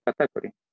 category